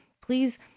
Please